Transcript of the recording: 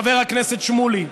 חבר הכנסת שמולי,